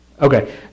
Okay